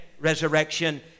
resurrection